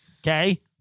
Okay